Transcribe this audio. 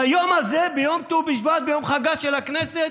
ביום הזה, ביום ט"ו בשבט, ביום חגה של הכנסת?